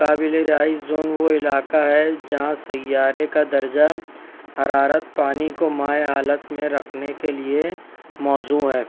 قابل رہائش زون وہ علاقہ ہے جہاں سیارے کا درجہ حرارت پانی کو مائع حالت میں رکھنے کے لئے موزوں ہے